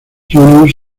juniors